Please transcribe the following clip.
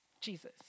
Jesus